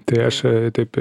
tai aš taip